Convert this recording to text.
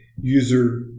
User